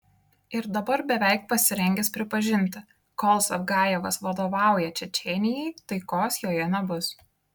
ir dabar beveik pasirengęs pripažinti kol zavgajevas vadovauja čečėnijai taikos joje nebus